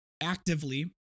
actively